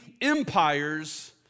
empires